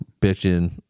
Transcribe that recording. bitching